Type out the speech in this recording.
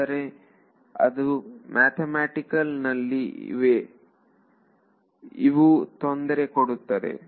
ಆದರೆ ಮ್ಯಾಥಮ್ಯಾಟಿಕ್ಸ್ ನಲ್ಲಿ ಇವು ತೊಂದರೆ ಕೊಡುತ್ತದೆ